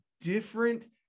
different